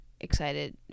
excited